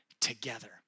together